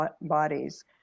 bodies